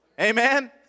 amen